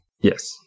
Yes